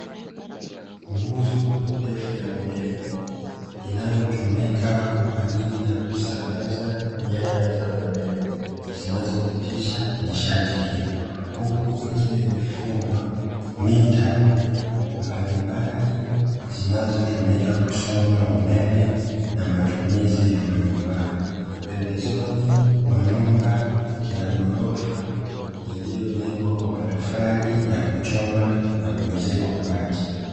Nguzo ndefu ya umeme inayotumika kwa ajili ya kusambaza nyaya za umeme zinazopitisha nishati hiyo. Huku ikiwa imefungwa mita mbalimbali zinazotumika kusoma umeme na matumizi ya majumbani. Pembezoni mwa nyumba ya ghorofa iliyojengwa kwa matofali ya kuchoma na kuezekwa kwa bati.